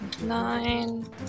Nine